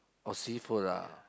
oh seafood ah